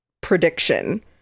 prediction